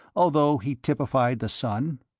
although he typified the sun?